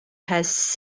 has